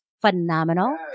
phenomenal